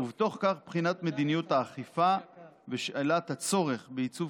ובתוך כך בחינת מדיניות האכיפה ושאלת הצורך בעיצוב